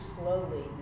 slowly